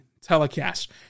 telecast